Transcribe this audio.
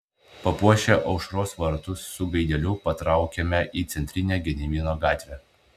papuošę aušros vartus su gaideliu patraukėme į centrinę gedimino gatvę